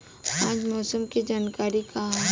आज मौसम के जानकारी का ह?